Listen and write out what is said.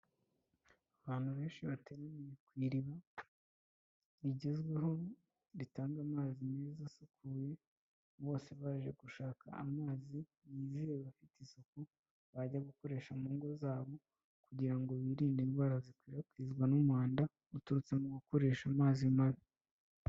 Abantu benshi bateraniye ku iriba rigezweho, ritanga amazi meza asukuye, bose baje gushaka amazi yizewe abafite isuku, bajya gukoresha mu ngo zabo kugira ngo birinde indwara zikwirakwizwa n'umwanda uturutse mu gukoresha amazi mabi.